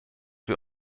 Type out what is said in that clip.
wir